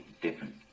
different